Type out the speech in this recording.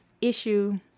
issue